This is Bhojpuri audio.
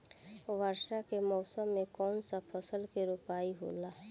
वर्षा के मौसम में कौन सा फसल के रोपाई होला?